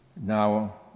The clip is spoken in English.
now